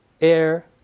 air